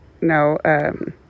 No